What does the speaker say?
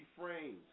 frames